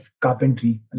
carpentry